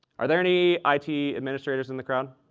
are there any i. t. administrators in the crowd?